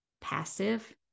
passive